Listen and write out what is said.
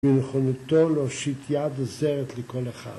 מנכונתו להושיט יד וזרת לכל אחד.